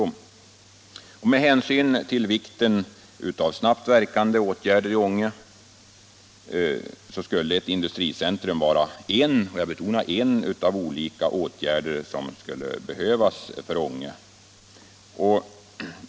Med hänsyn till vikten av snabbt verkande åtgärder i Ånge skulle ett industricentrum vara en av olika åtgärder som skulle behövas för Ånge.